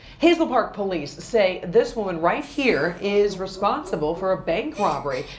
hazel park police say this woman right here is responsible for a bank robbery.